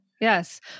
yes